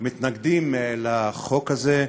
מתנגדים לחוק הזה,